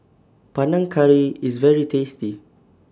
Panang Curry IS very tasty